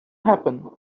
happen